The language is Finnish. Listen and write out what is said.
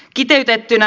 kiteytettynä